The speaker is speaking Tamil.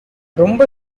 ரொம்ப